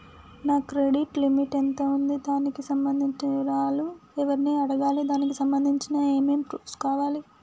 నా credit limit ఎంత ఉంది? దానికి సంబంధించిన వివరాలు ఎవరిని అడగాలి? దానికి సంబంధించిన ఏమేం ప్రూఫ్స్ కావాలి?